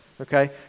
Okay